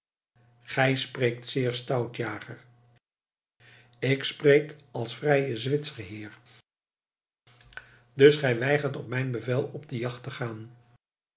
gij spreekt zeer stout jager ik spreek als vrije zwitser heer dus gij weigert op mijn bevel op de jacht te gaan